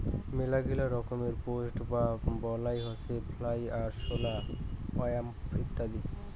মেলাগিলা রকমের পেস্ট বা বালাই হসে ফ্লাই, আরশোলা, ওয়াস্প ইত্যাদি